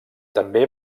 també